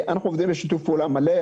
אנחנו עובדים בשיתוף פעולה מלא.